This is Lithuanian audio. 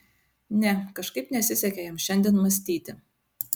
ne kažkaip nesisekė jam šiandien mąstyti